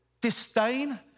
disdain